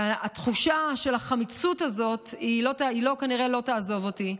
והתחושה של החמיצות הזאת כנראה לא תעזוב אותי,